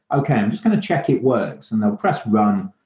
okay. i'm just going to check it works, and they'll press run.